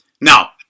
Now